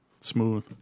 Smooth